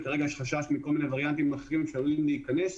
כרגע יש חשש מכל מיני וריאנטים אחרים שעלולים להיכנס.